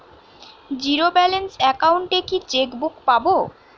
Zero balance account এ কি checkbook পাব?